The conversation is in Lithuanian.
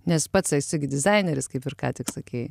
nes pats esi gi dizaineris kaip ir ką tik sakei